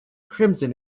crimson